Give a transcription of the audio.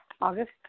August